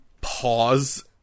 pause